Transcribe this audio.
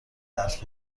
حرف